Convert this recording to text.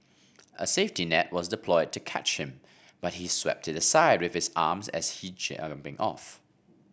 a safety net was deployed to catch him but he swept it aside with his arms as he jumping off